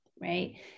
Right